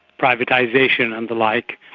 privatisation and the like,